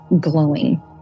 glowing